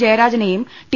ജയരാജനെയും T